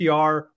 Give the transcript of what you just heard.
PR